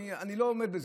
אני לא עומד בזה.